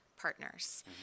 partners